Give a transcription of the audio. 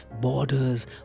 borders